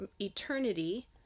eternity